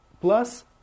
plus